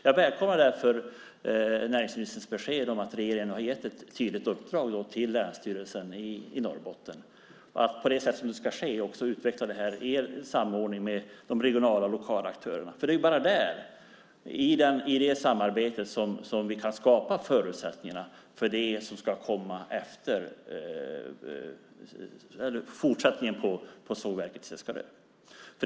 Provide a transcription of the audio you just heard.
Jag välkomnar därför näringsministerns besked om att regeringen har gett ett tydligt uppdrag till Länsstyrelsen i Norrbotten att utveckla det här i samordning med de regionala och lokala aktörerna. Det är bara så, i ett sådant samarbete, som vi kan skapa förutsättningarna för det som ska komma som fortsättning på sågverket på Seskarö.